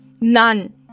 none